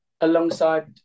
alongside